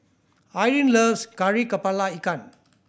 Irvin loves Kari Kepala Ikan